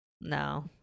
no